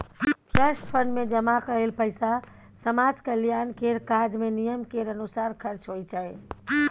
trust fund मे जमा कएल पैसा समाज कल्याण केर काज मे नियम केर अनुसार खर्च होइ छै